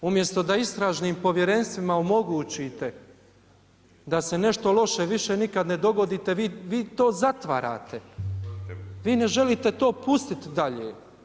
Umjesto da istražnim povjerenstvima omogućite da se nešto loše više nikad ne dogodi vi to zatvarate, vi ne želite to pustit dalje.